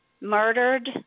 Murdered